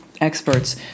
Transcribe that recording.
experts